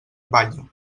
balla